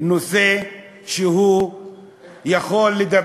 בנושא שיכול,